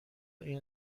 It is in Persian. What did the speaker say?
این